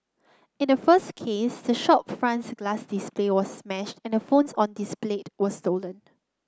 in the first case the shop front's glass display was smashed and the phones on displayed were stolen